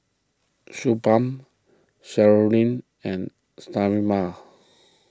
Suu Balm and Sterimar